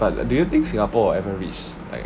but like do you think singapore ever reach like